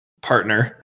partner